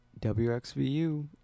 WXVU